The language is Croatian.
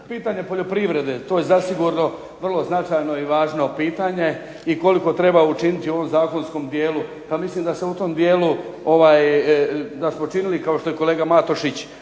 pitanje poljoprivrede, to je zasigurno vrlo značajno i važno pitanje i koliko treba učiniti u zakonskom dijelu, pa mislim da se u tom dijelu, da smo činili kao što je kolega Matušić